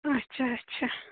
اچھا اچھا